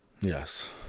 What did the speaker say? Yes